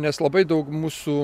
nes labai daug mūsų